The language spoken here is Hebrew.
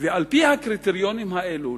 ועל-פי הקריטריונים האלו,